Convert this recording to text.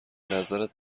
نظرت